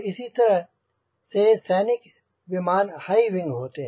इसी तरह से सैनिक विमान हाईविंग होते हैं